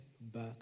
back